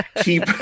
keep